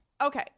okay